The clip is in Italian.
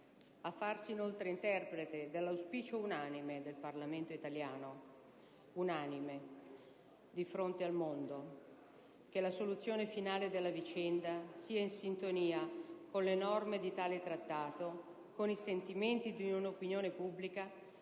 a farsi interprete dell'auspicio unanime del Parlamento italiano, di fronte al mondo, affinché la soluzione finale della vicenda sia in sintonia con le norme di tale Trattato e con i sentimenti di un'opinione pubblica